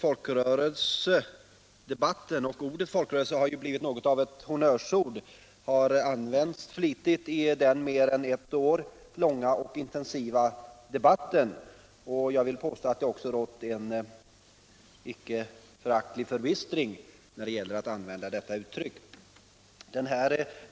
Herr talman! Ordet folkrörelse har ju blivit något av ett honnörsord och har använts flitigt i den mer än ett år långa, intensiva folkrörelsedebatten. Jag vill påstå att det också rått en stor förbistring kring detta uttryck.